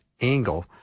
angle